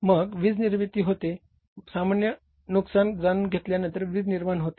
मग वीज निर्मिती होते सामान्य नुकसान जाणून घेतल्यानंतर वीज निर्माण होते